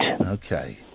Okay